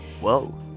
Whoa